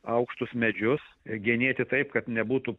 aukštus medžius genėti taip kad nebūtų